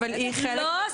לא,